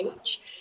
age